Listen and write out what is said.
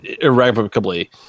irrevocably